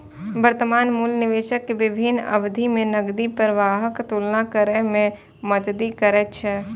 वर्तमान मूल्य निवेशक कें विभिन्न अवधि मे नकदी प्रवाहक तुलना करै मे मदति करै छै